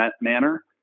manner